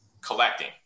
Collecting